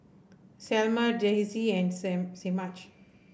Selmer Daisey and Semaj